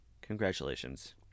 Congratulations